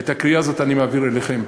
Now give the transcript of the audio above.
את הקריאה הזאת אני מעביר אליכם.